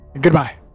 goodbye